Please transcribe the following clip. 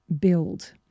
build